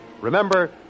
Remember